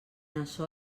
açò